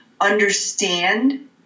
understand